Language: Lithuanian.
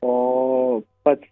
o pats